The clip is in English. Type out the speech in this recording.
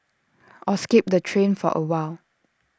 or skip the train for awhile